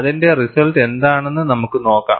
അതിന്റെ റിസൾട്ട് എന്താണെന്ന് നമുക്ക് നോക്കാം